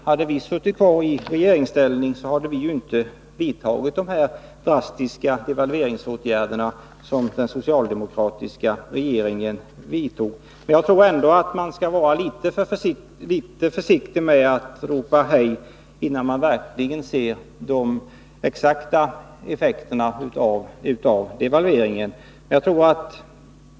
Hade vi suttit kvar i regeringsställning hade vi inte vidtagit dessa drastiska devalveringsåtgärder som den socialdemokratiska regeringen vidtog. Men jag tror ändå att man skall vara litet försiktig med att ropa hej, innan man verkligen ser de exakta effekterna av devalveringen.